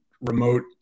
remote